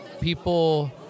people